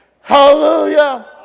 Hallelujah